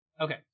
Okay